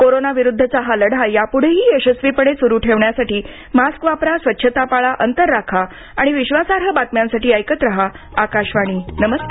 कोरोनाविरुद्दचा हा लढा यापढेही यशस्वीपणे सरु ठेवण्यासाठी मास्क वापरा स्वच्छता पाळा अंतर राखा आणि विधासार्ह बातम्यासाठी ऐकत रहा आकाशवाणी नमस्कार